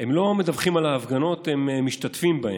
הם לא מדווחים על ההפגנות, הם משתתפים בהן,